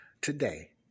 today